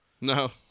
No